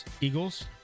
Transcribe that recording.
Eagles